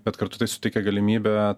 bet kartu tai suteikia galimybę